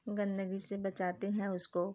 गंदगी से बचाते हैं उसको